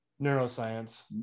neuroscience